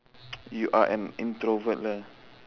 you are an introvert lah